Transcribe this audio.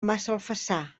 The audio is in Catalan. massalfassar